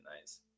nice